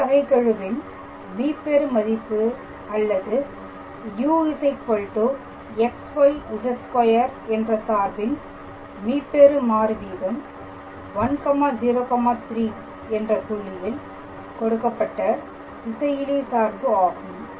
திசை வகை கெழுவின் மீப்பெரு மதிப்பு அல்லது u xyz2 என்ற சார்பின் மீப்பெரு மாறு வீதம் 103 என்ற புள்ளியில் கொடுக்கப்பட்ட திசையிலி சார்பு ஆகும்